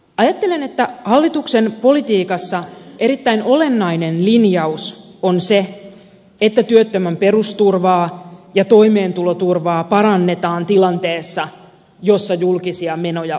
ajattelen että hallituksen politiikassa erittäin olennainen linjaus on se että työttömän perusturvaa ja toimeentuloturvaa parannetaan tilanteessa jossa julkisia menoja leikataan